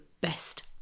best